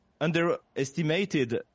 underestimated